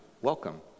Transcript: welcome